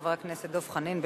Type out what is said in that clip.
חבר הכנסת דב חנין,